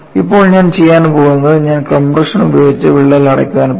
ഇപ്പോൾ ഞാൻ ചെയ്യാൻ പോകുന്നത് ഞാൻ കംപ്രഷൻ ഉപയോഗിച്ച് വിള്ളൽ അടയ്ക്കാൻ പോകുന്നു